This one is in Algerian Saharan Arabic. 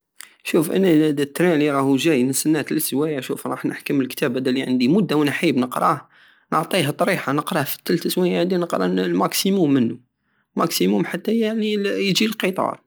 شوف انا هاد التران الي راه جاي نستناه تلت سوايع شوف راح نحكم لكتاب هدا الي عندي مدة وانا حايب نقراه نعطيه طريحة نقراه فتلت سوايع نقرى الماكسيموم منو الماكسيموم حتى يعني يجي القطار